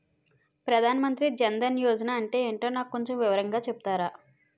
ప్రధాన్ మంత్రి జన్ దన్ యోజన అంటే ఏంటో నాకు కొంచెం వివరంగా చెపుతారా?